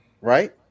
right